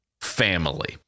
family